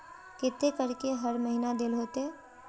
केते करके हर महीना देल होते?